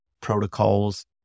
protocols